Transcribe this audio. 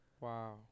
Wow